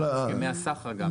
גם מבחינת הסכמי הסחר.